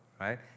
right